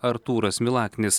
artūras milaknis